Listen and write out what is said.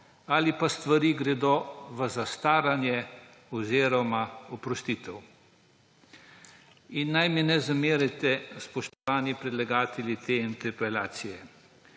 ali pa stvari gredo v zastaranje oziroma oprostitev? Naj mi ne zamerijo spoštovani predlagatelji te interpelacije,